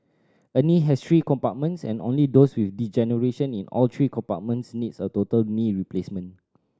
a knee has three compartments and only those with degeneration in all three compartments needs a total knee replacement